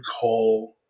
call